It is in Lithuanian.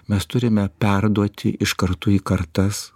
mes turime perduoti iš kartų į kartas